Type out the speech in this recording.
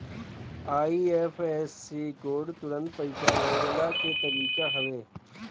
IFSC code तुरंत पईसा भेजला के तरीका हवे